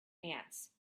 ants